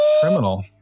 criminal